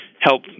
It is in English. help